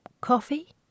coffee